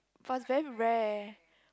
but it's very rare